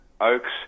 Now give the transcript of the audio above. Oaks